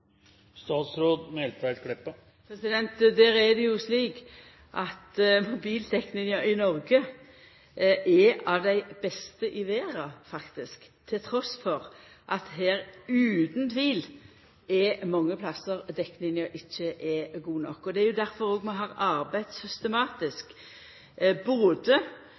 i Noreg er faktisk blant dei beste i verda, trass i at det utan tvil er mange stader der dekninga ikkje er god nok. Det er jo difor vi har arbeidd systematisk.